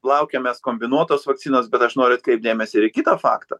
laukiam mes kombinuotos vakcinos bet aš noriu atkreipt dėmesį ir į kitą faktą